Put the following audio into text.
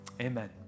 Amen